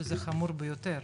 שזה חמור ביותר.